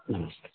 नमस्ते